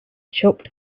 chopped